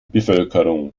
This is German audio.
bevölkerung